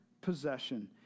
possession